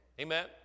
Amen